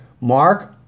Mark